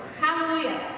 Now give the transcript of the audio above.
hallelujah